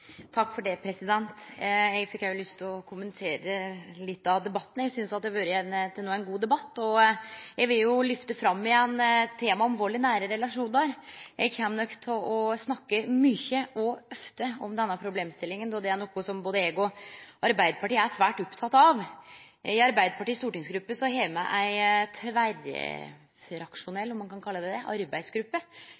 Eg fekk òg lyst å kommentere litt av debatten. Eg synest det til no har vore ein god debatt. Eg vil igjen løfte fram temaet om vald i nære relasjonar. Eg kjem nok til å snakke mykje og ofte om denne problemstillinga, då dette er noko både eg og Arbeidarpartiet er svært opptekne av. I Arbeidarpartiet si stortingsgruppe har me ei